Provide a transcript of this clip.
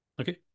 Okay